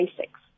basics